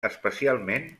especialment